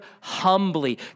humbly